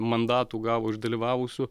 mandatų gavo iš dalyvavusių